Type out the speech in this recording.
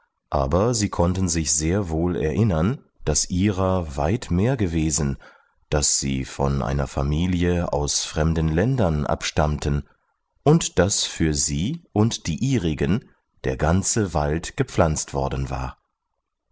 aber sie konnten sich sehr wohl erinnern daß ihrer weit mehr gewesen daß sie von einer familie aus fremden ländern abstammten und daß für sie und die ihrigen der ganze wald gepflanzt worden war